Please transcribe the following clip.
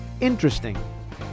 Interesting